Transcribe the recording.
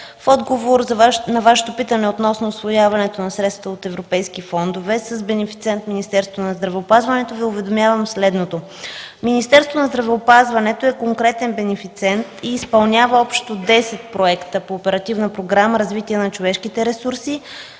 в отговор на Вашето питане относно усвояване на средства от европейски фондове с бенефициент Министерството на здравеопазването Ви уведомявам следното. Министерството на здравеопазването е конкретен бенефициент и изпълнява общо десет проекта по Оперативна програма „Развитие на човешките ресурси